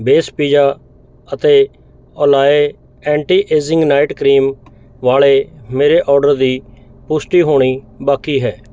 base pizza ਅਤੇ Olay anti ageing night cream ਵਾਲੇ ਮੇਰੇ ਔਡਰ ਦੀ ਪੁਸ਼ਟੀ ਹੋਣੀ ਬਾਕੀ ਹੈ